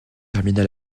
termina